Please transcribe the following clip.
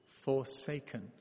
forsaken